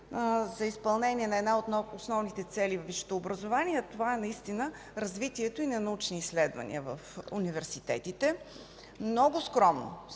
за изпълнение на една от основните цели във висшето образование, а именно развитието на научните изследвания в университетите. Много скромно